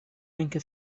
اینکه